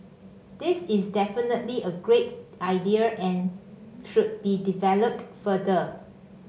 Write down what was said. this is definitely a great idea and should be developed further